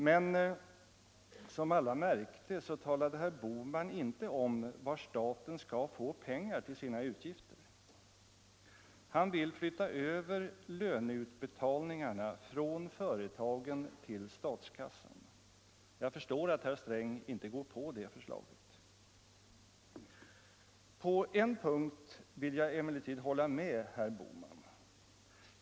Men som alla märkte talade herr Bohman inte om var staten skall få pengar till sina utgifter. Han vill flytta över löneutbetalningarna från företagen till statskassan. Jag förstår att herr Sträng inte går med på det förslaget. På en punkt vill jag emellertid hålla med herr Bohman.